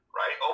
right